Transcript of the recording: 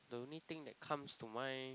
the only thing that comes to mind